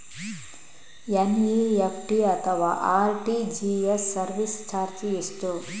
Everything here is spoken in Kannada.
ಎನ್.ಇ.ಎಫ್.ಟಿ ಅಥವಾ ಆರ್.ಟಿ.ಜಿ.ಎಸ್ ಸರ್ವಿಸ್ ಚಾರ್ಜ್ ಎಷ್ಟು?